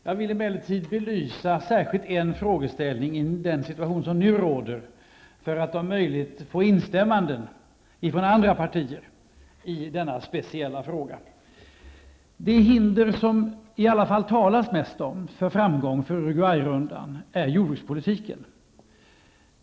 Jag vill emellertid särskilt belysa en frågeställning i den situation som nu råder, för att om möjligt få instämmanden från andra partier i denna speciella fråga. Det hinder som det i varje fall talas mest om för framgången med Uruguayrundan gäller jordbrukspolitiken.